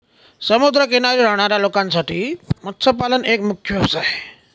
समुद्र किनारी राहणाऱ्या लोकांसाठी मत्स्यपालन एक मुख्य व्यवसाय आहे